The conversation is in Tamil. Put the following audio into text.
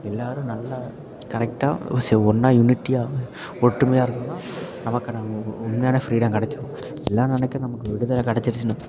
எல்லாேரும் நல்லா கரெக்டாக ஒன்றா யுனிட்டியாக ஒற்றுமையாக இருந்தோன்னால் நமக்கான உ உண்மையான ஃப்ரீடம் கிடச்சிடும் எல்லாம் நினைக்கிறோம் நமக்கு விடுதலை கிடச்சிருச்சினு